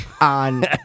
on